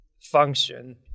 function